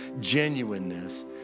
genuineness